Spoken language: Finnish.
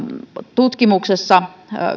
tutkimuksessa